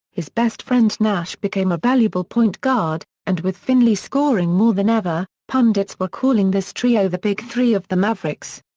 his best friend nash became a valuable point guard, and with finley scoring more than ever, pundits were calling this trio the big three of the mavericks.